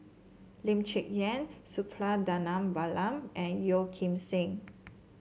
Lee Cheng Yan Suppiah Dhanabalan and Yeo Kim Seng